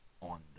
on